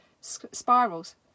spirals